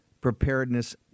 preparedness